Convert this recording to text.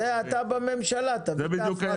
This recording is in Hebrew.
אתה בממשלה תביא את ההפרטה.